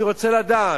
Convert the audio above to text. אני רוצה לדעת,